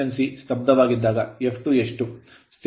ಸ್ಥಿರಸ್ಥಿತಿಯಲ್ಲಿ s1